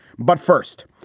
but first,